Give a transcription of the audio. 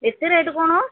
ଏତେ ରେଟ୍ କ'ଣ